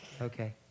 Okay